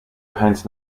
pines